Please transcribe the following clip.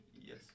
yes